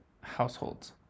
households